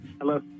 hello